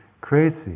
crazy